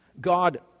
God